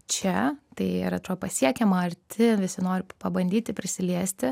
čia tai ir atrodo pasiekiama arti visi nori pabandyti prisiliesti